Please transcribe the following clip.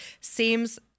seems